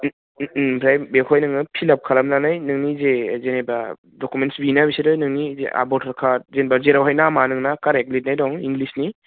ओमफ्राय बेखौहाय नोङो फिल आप खालामनानै नोंनि जे जेनेबा डकुमेन्स बियोना बिसोरो नोंनि भटार कार्ड जेनेबा जेरावहाय नामआ नोंना कारेक्ट लिरनाय दं इंलिसनि